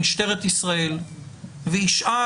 בכוונה שאלתי את השאלה האחרונה כי יש קצת קושי עם